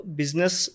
business